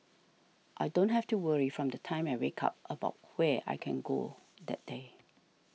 I don't have to worry from the time I wake up about where I can go that day